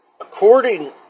according